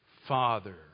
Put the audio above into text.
Father